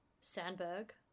Sandberg